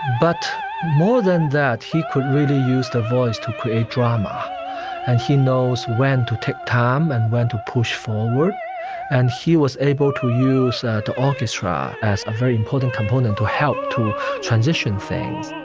but more than that, he could really use the voice to create drama and he knows when to take time and when to push forward and he was able to use that to orchestra as a very important component to help to transition things